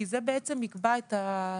כי זה יקבע את הספים.